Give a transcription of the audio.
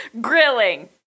Grilling